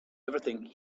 everything